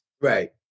right